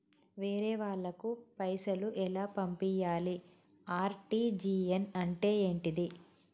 వేరే వాళ్ళకు పైసలు ఎలా పంపియ్యాలి? ఆర్.టి.జి.ఎస్ అంటే ఏంటిది?